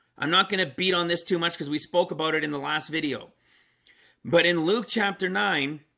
i'm not gonna beat on this too much because we spoke about it in the last video but in luke chapter nine